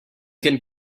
can